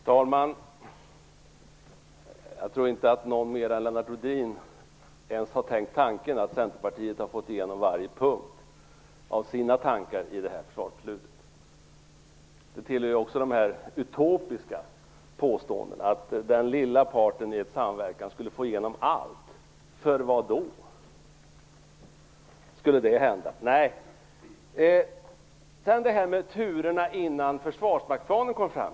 Herr talman! Jag tror inte att någon mer än Lennart Rohdin ens har tänkt tanken att Centerpartiet har fått igenom varje punkt av sina tankar i detta försvarsbeslut. Det hör också till de utopiska påståendena att den lilla parten i en samverkan skulle få igenom allt. För vad skulle det ske? Sedan till turerna innan försvarsmaktsplanen kom fram.